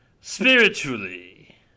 Spiritually